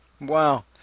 Wow